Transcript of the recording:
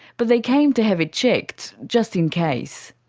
but they came to have it checked, just in case.